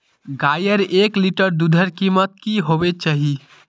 गायेर एक लीटर दूधेर कीमत की होबे चही?